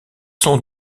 sont